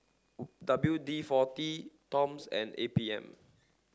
W D forty Toms and A P M